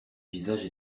visage